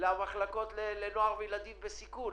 כאלה שעבדו חודש או חודשיים ועכשיו הפסיקו,